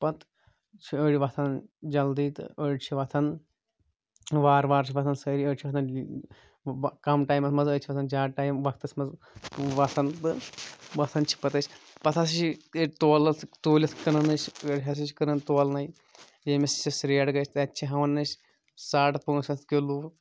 پَتہٕ چھِ أڑۍ وَتھان جلدی تہٕ أڑۍ چھِ وَتھَان وارٕ وارٕ چھِ وَتھَان سٲری أڑۍ چھِ وَتھَان کَم ٹایمَس منٛز أڑۍ چھِ وَتھَان زیادٕ ٹایم وَقتَس منٛز وَتھَان تہٕ وَتھَان چھ پَتہٕ أسۍ پَتہٕ ہَسا چھِ یہِ تولَس توٗلِتھ کٕنَان أسۍ أڑۍ ہَسا چھِ کٕنَان تولنَے ییٚمِس یِژھ ریٹ گَژھِ تَتہِ چھِ ہٮ۪وان أسۍ ساڑٕ پانٛژھ ہَتھ کِلوٗ